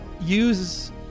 use